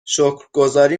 شکرگزاری